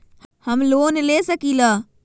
हम लोन ले सकील?